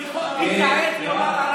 איך אתה מדבר.